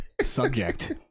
subject